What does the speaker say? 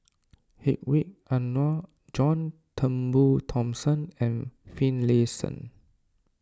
Hedwig Anuar John Turnbull Thomson and Finlayson